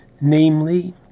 namely